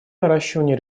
наращивания